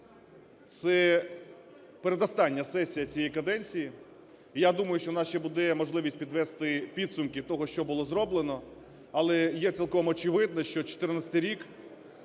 Це передостання сесія цієї каденції. І я думаю, що у нас ще буде можливість підвести підсумки того, що було зроблено, але є цілком очевидно, що 14-й рік